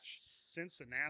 Cincinnati